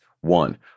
One